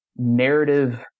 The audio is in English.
narrative